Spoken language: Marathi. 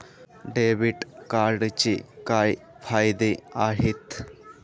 डेबिट कार्डचे काय फायदे आहेत?